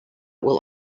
will